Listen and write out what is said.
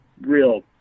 real